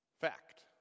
Fact